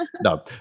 No